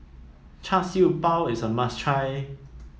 Char Siew Bao is a must try